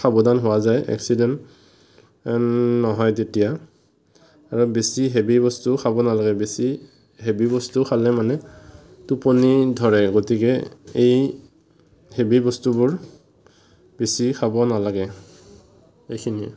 সাৱধান হোৱা যায় এক্সিডেণ্ট নহয় তেতিয়া আৰু বেছি হেভি বস্তু খাব নালাগে বেছি হেভি বস্তু খালে মানে টোপনি ধৰে গতিকে এই হেভি বস্তুবোৰ বেছি খাব নালাগে এইখিনিয়ে